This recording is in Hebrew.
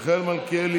מיכאל מלכיאלי,